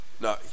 No